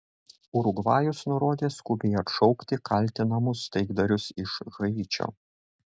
urugvajus nurodė skubiai atšaukti kaltinamus taikdarius iš haičio